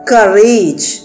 Courage